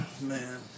man